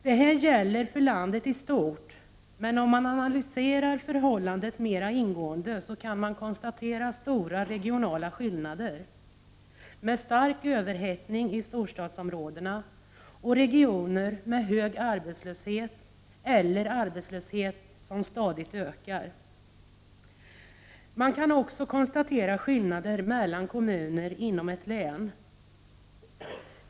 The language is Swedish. Detta gäller för landet i stort, men om man analyserar förhållandet mera ingående kan man konstatera stora regionala skillnader, med stark överhettning i storstadsområdena och i regioner med hög arbetslöshet eller arbetslöshet som stadigt ökar. Man kan också konstatera skillnader mellan kommuner inom ett län.